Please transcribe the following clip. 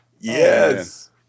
Yes